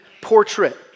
portrait